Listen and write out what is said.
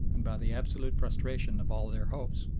and by the absolute frustration of all their hopes.